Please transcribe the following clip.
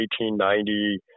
1890